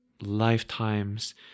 lifetimes